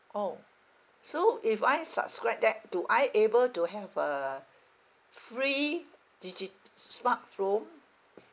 orh so if I subscribe that do I able to have a free digi~ smartphone